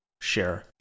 share